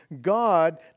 God